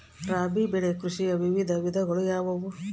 ರಾಬಿ ಬೆಳೆ ಕೃಷಿಯ ವಿವಿಧ ವಿಧಗಳು ಯಾವುವು?